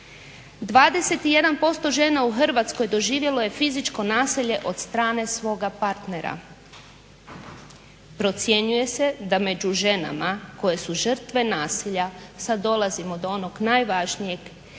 21% žena u Hrvatskoj doživjelo je fizičko nasilje od strane svoga partnera. Procjenjuje se da među ženama koje su žrtve nasilja, sad dolazimo do onog najvažnijeg,